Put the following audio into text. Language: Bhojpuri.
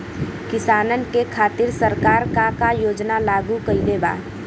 किसानन के खातिर सरकार का का योजना लागू कईले बा?